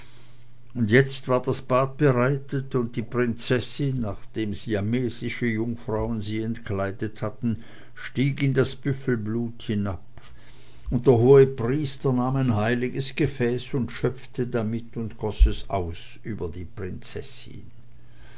und jetzt war das bad bereitet und die prinzessin nachdem siamesische jungfrauen sie entkleidet hatten stieg in das büffelblut hinab und der hohepriester nahm ein heiliges gefäß und schöpfte damit und goß es aus über die prinzessin